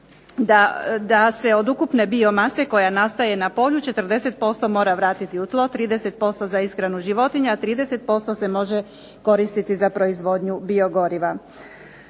da se od ukupne biomase koja nastaje na polju 40% mora vratiti u tlo, 30% za ishranu životinja, a 30% se može koristiti za proizvodnju biogoriva.